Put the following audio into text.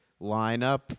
lineup